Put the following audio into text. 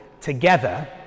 together